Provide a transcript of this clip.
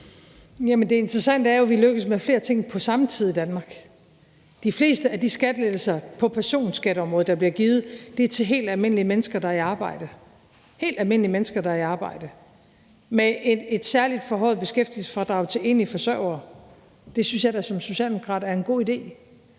Det interessante er jo, at vi lykkes med flere ting på samme tid i Danmark. De fleste af de skattelettelser på personskatteområdet, der bliver givet, er til helt almindelige mennesker, der er i arbejde – helt almindelige mennesker, der er i arbejde – med et særligt forhøjet beskæftigelsesfradrag til enlige forsørgere. Det synes jeg da som socialdemokrat er en god idé.